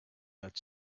that